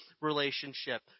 relationship